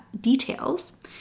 details